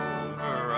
over